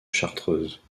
chartreuse